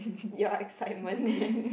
your excitement there